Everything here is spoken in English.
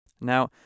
Now